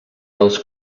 els